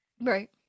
right